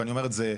אני אומר את זה,